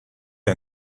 der